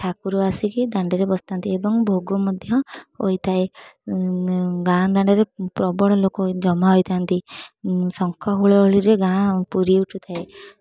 ଠାକୁର ଆସିକି ଦାଣ୍ଡରେ ବସିଥାନ୍ତି ଏବଂ ଭୋଗ ମଧ୍ୟ ହୋଇଥାଏ ଗାଁ ଦାଣ୍ଡରେ ପ୍ରବଳ ଲୋକ ହେ ଜମା ହୋଇଥାନ୍ତି ଶଙ୍ଖ ହୁଳହୁଳିରେ ଗାଁ ପୁରି ଉଠୁଥାଏ